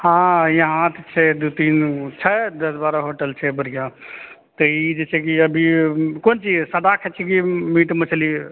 हँ यहाँ तऽ छै दू तीन छै दश बारह होटल छै बढ़िऑं तऽ ई जइसे कि अभी कोन चीज सादा खाय छियै कि मीट मछली